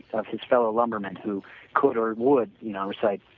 of his fellow lumberman who could or would you know recite